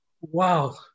Wow